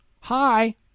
Hi